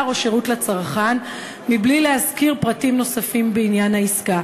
או שירות לצרכן מבלי להזכיר פרטים נוספים בעניין העסקה.